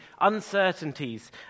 uncertainties